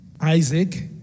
Isaac